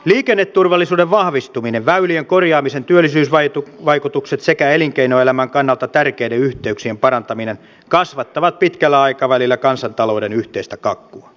liikenneturvallisuuden vahvistuminen väylien korjaamisen työllisyysvaikutukset sekä elinkeinoelämän kannalta tärkeiden yhteyksien parantaminen kasvattavat pitkällä aikavälillä kansantalouden yhteistä kakkua